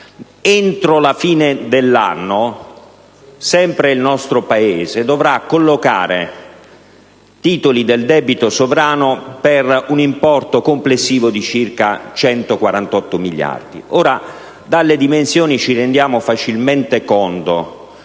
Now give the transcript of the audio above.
Entro la fine dell'anno, poi, sempre il nostro Paese dovrà collocare titoli del debito sovrano per un importo complessivo di circa 148 miliardi. Dalle dimensioni ci si rende facilmente conto